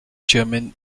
german